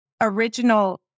original